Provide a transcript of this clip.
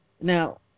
Now